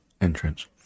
entrance